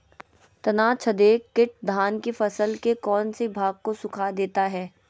तनाछदेक किट धान की फसल के कौन सी भाग को सुखा देता है?